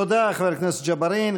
תודה, חבר הכנסת ג'בארין.